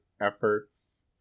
efforts